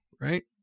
right